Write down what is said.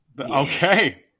okay